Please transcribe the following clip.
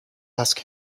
ask